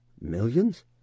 Millions